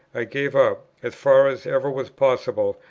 i gave up, as far as ever was possible,